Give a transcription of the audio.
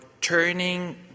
turning